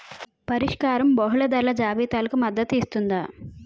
పరిష్కారం బహుళ ధరల జాబితాలకు మద్దతు ఇస్తుందా?